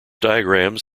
diagrams